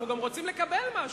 אנחנו גם רוצים לקבל משהו.